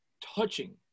touching